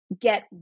get